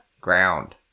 ground